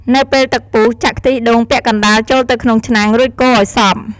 នៅពេលទឹកពុះ ចាក់ខ្ទិះដូងពាក់កណ្តាលចូលទៅក្នុងឆ្នាំង រួចកូរឱ្យសព្វ។